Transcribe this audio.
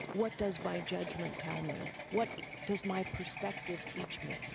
what does my judgment tell me? what does my perspective teach me?